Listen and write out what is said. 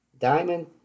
diamond